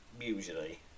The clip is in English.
usually